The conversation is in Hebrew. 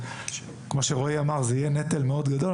וכמו שרועי אמר זה יהיה נטל מאוד גדול.